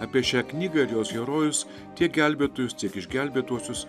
apie šią knygą ir jos herojus tiek gelbėtojus tiek išgelbėtuosius